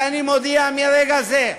ואני מודיע מרגע זה: